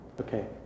Okay